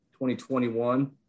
2021